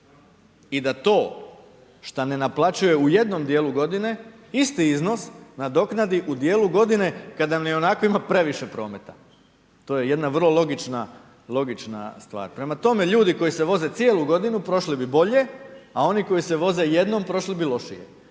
i da to što ne naplaćuje u jednom djelu godine, isti iznos, nadoknadi u djelu godine kada ionako ima previše prometa. To je jedna vrlo logična stvar. Prema tome ljudi koji se voze cijelu godinu prošli bi bolje, a oni koji se voze jednom prošli bi lošije,